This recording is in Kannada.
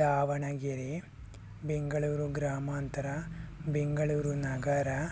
ದಾವಣಗೆರೆ ಬೆಂಗಳೂರು ಗ್ರಾಮಾಂತರ ಬೆಂಗಳೂರು ನಗರ